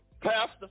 pastor